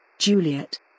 Juliet